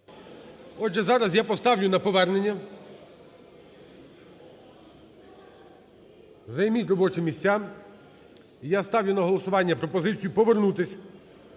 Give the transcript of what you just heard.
Отже, зараз я поставлю на повернення. Займіть робочі місця. Я ставлю на голосування пропозицію повернутися